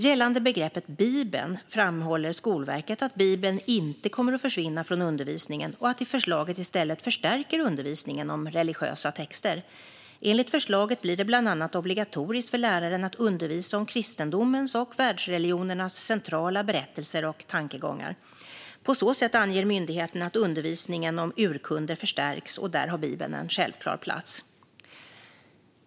Gällande begreppet Bibeln framhåller Skolverket att Bibeln inte kommer att försvinna från undervisningen och att förslaget i stället förstärker undervisningen om religiösa texter. Enligt förslaget blir det bland annat obligatoriskt för läraren att undervisa om kristendomens och världsreligionernas centrala berättelser och tankegångar. På så sätt anger myndigheten att undervisningen om urkunder förstärks, och där har Bibeln en självklar plats.